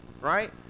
Right